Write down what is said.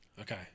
Okay